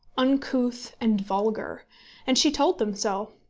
uncouth, and vulgar and she told them so.